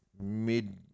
mid